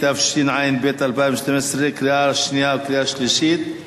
התשע"ב 2012, קריאה שנייה וקריאה שלישית,